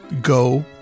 go